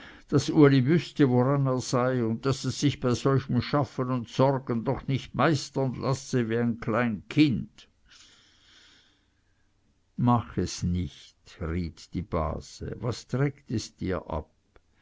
woran er sei und daß es sich bei solchem schaffen und sorgen doch nicht meistern lasse wie ein klein kind mach es nicht riet die base was trägt es dir ab